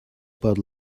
about